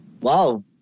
Wow